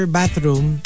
bathroom